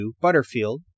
Butterfield